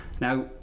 now